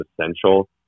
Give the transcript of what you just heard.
essential